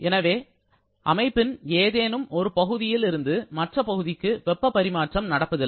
எனவே எனவே அமைப்பின் ஏதேனும் ஒரு பகுதியிலிருந்து மற்ற பகுதிக்கு வெப்பப் பரிமாற்றம் நடப்பதில்லை